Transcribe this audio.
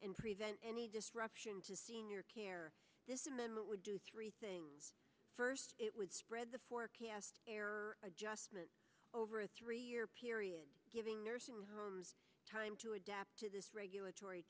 and prevent any disruption to senior care this amendment would do three things first it would spread the forecast adjustment over a three year period giving nursing homes time to adapt to this regulatory